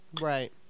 Right